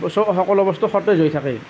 চব সকলো বস্তু সতেজ হৈ থাকে